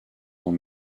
sont